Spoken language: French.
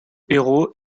héros